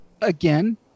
again